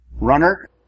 runner